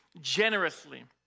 generously